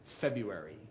February